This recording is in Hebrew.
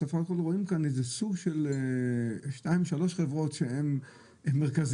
בסוף אנחנו רואים כאן שתיים-שלוש חברות שהן מרכזיות.